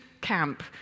camp